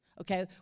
Okay